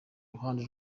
ruhande